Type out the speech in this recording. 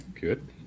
good